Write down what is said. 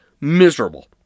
miserable